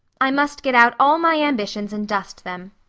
i must get out all my ambitions and dust them.